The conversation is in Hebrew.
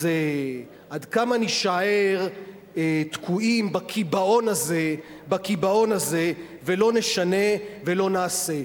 אז עד כמה נישאר תקועים בקיבעון הזה ולא נשנה ולא נעשה?